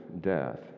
death